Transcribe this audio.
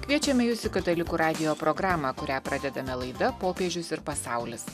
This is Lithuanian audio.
kviečiame jus į katalikų radijo programą kurią pradedame laida popiežius ir pasaulis